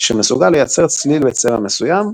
שמסוגל לייצר צליל בצבע מסוים,